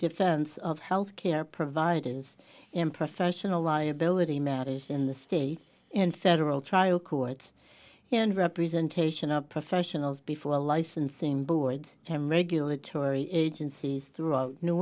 defense of health care providers in professional liability matters in the state and federal trial courts and representation of professionals before a licensing boards and regulatory agencies throughout new